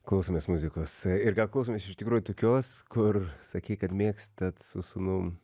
klausomės muzikos ir gal klausomės iš tikrųjų tokios kur sakei kad mėgstat su sunum